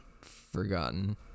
forgotten